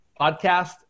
podcast